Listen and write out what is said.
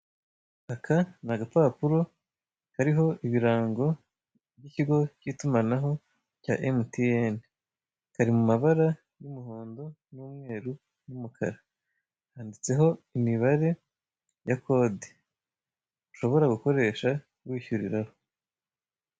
Aka ni agapapuro kariho ibirango by'ikigi k'itumanaho cya emutiyeni, kari mu mabara y'umuhondo n'umweru n'umukara, handitseho imibare ya kode ushobora gukoresha wishyuriraho.